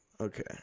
Okay